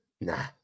Nah